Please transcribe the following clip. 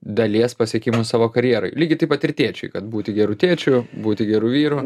dalies pasiekimų savo karjeroj lygiai taip pat ir tėčiui kad būti geru tėčiu būti geru vyru